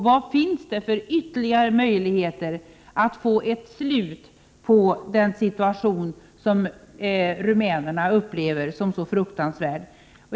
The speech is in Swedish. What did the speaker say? Vad finns det för ytterligare möjligheter att få ett slut på den situation som rumänerna upplever som så fruktansvärd?